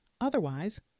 Otherwise